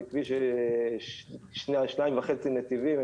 זה כביש של שניים וחצי נתיבים,